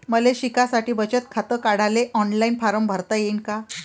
मले शिकासाठी बचत खात काढाले ऑनलाईन फारम भरता येईन का?